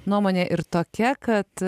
nuomonė ir tokia kad